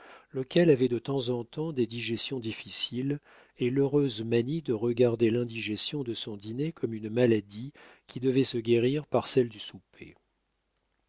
lequel avait de temps en temps des digestions difficiles et l'heureuse manie de regarder l'indigestion de son dîner comme une maladie qui devait se guérir par celle du souper